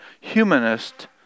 humanist